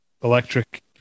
electric